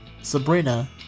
Sabrina